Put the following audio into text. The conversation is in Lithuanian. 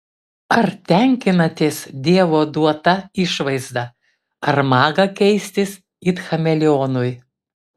ar tenkinatės dievo duota išvaizda ar maga keistis it chameleonui